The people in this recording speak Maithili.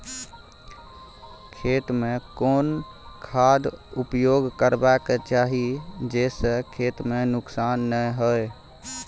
खेत में कोन खाद उपयोग करबा के चाही जे स खेत में नुकसान नैय होय?